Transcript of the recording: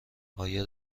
آیا